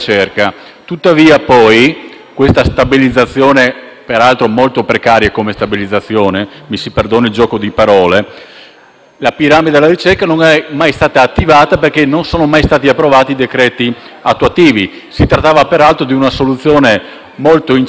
questa stabilizzazione, molto precaria come stabilizzazione (mi si perdoni il gioco di parole), non è mai stata attivata, perché non sono mai stati approvati i decreti attuativi. Si trattava peraltro di una soluzione molto incerta, molto penalizzante,